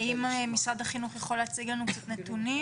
האם משרד החינוך יכול להציג לנו נתונים,